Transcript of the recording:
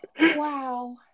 wow